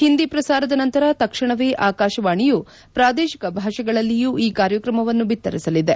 ಹಿಂದಿ ಪ್ರಸಾರದ ನಂತರ ತಕ್ಷಣವೇ ಆಕಾಶವಾಣಿಯು ಪ್ರಾದೇಶಿಕ ಭಾಷೆಗಳಲ್ಲಿಯೂ ಈ ಕಾರ್ಯಕ್ರಮವನ್ನು ಬಿತ್ತರಿಸಲಿದೆ